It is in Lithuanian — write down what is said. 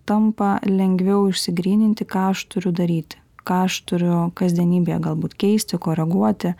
tampa lengviau išsigryninti ką aš turiu daryti ką aš turiu kasdienybėje galbūt keisti koreguoti